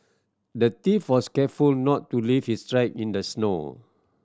the thief was careful not to leave his track in the snow